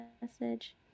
message